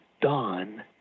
don